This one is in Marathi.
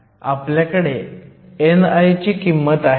आपल्याकडे ni ची किंमत आहे